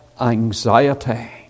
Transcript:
anxiety